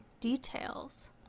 details